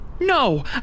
No